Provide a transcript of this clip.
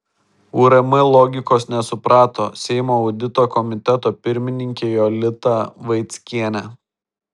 urm logikos nesuprato seimo audito komiteto pirmininkė jolita vaickienė